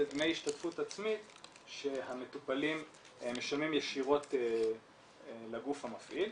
דמי השתתפות עצמית שהמטופלים משלמים ישירות לגוף המפעיל.